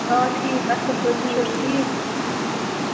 آ ٹھیٖک اَصٕل پٲٹھۍ تُہۍ چھِو حظ ٹھیٖک